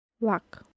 luck